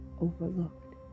overlooked